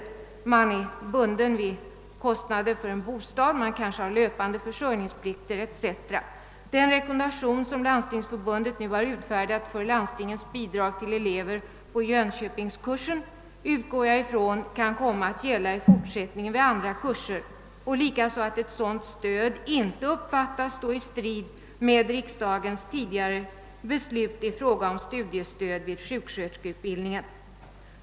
En elev kan vara bunden genom kostnader för bostad, löpande försörjningsutgifter o. s. Vv. Jag utgår från att den rekommendation som Landstingsförbundet nu utfärdat för landstingens bidrag till elever på Jönköpings-kursen kommer att gälla även i fortsättningen vid andra kurser liksom att ett sådant stöd inte uppfattas stå i strid med riksdagens tidigare beslut om studiestöd för sjuksköterskeutbildningen.